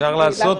הודעה